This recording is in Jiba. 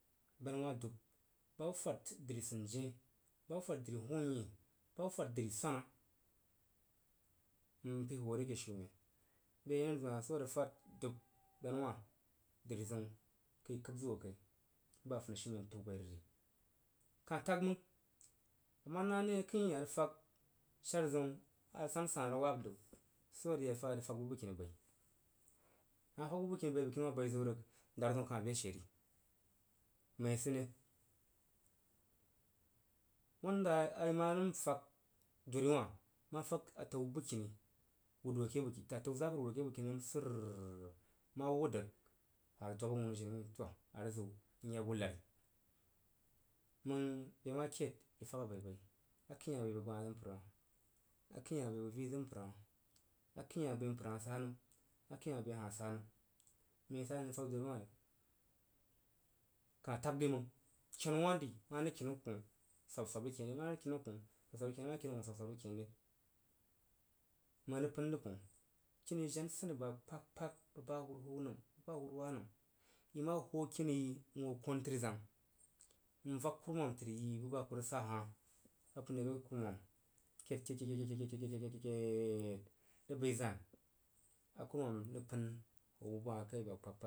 dub, ba hub fad dri swun jien, ba hub fad dri hunyein, ba hub fad dri swana m pəi huu re ke shumen bəg ye are tam hah swo a rig fad dub gbanawah, drizəun kəi kəb zig wo kai ba’a funishiumen təu bai rig ri. Kan tag məng, a ma nah nəi a kəin hah arig fag shar zəun a sasan arig wab nəu swo arig ya faghi a rig fas na bu bəgkini bai! A ma fag bu bəgkini bəi bəgkini wu ma bai ziu rig, daru zəun kah be she ri məng isid ne? Wanda a i ma nən fag dori wah n mah fag a tao bəgkini wuh wo ke bəgkinini atau zapər wud wo ke bəgkini nəm surr ma wud rig a dwab a wunu jini wuin toah n yak bu nari məng be ma ked i fag a baibai akəin hah bəi bəg gbah zig mpər hah akəin hah bəi bəg vii zig mpər hah akəin hah bəi mpər hah sa nəm, akəin hah bəi a hah sa nəm məng i sa ne n rig fag dori wah re? Kah fag re məng kenu wah dri mare kenau koh swab a swab rig ken re məng rig pən dəgkwoh. Kini yi jena nsani ba kpag-kpag bəg ba hwu hwo nəm bəg ba wuruwah nəm i ma hoo kini yi n hoo kon təri zang n vak kurumam təri yi bu ba a i rig sa hah a ku pən ye kai, kuruma ked ked ked ri bəi zani a kurumam pən how bulah kai aba kpag kpag.